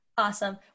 awesome